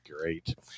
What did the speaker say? great